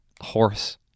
horse